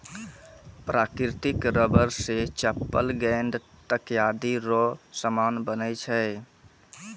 प्राकृतिक रबर से चप्पल गेंद तकयादी रो समान बनै छै